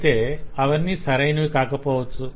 అయితే అవన్నీ సరైనవి కాకపోవచ్చు